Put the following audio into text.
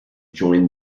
join